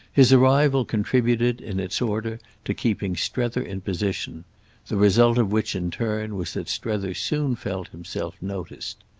his arrival contributed, in its order, to keeping strether in position the result of which in turn was that strether soon felt himself noticed.